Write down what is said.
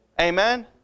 Amen